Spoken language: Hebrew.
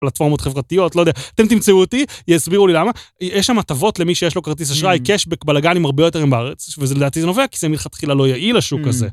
פלטפורמות חברתיות, לא יודע, אתם תמצאו אותי, יסבירו לי למה. יש שם הטבות למי שיש לו כרטיס אשראי, קשבק, בלאגנים, הרבה יותר הם בארץ, וזה, לדעתי זה נובע, כי זה מלכתחילה לא יעיל, השוק הזה.